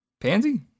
Pansy